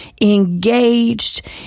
engaged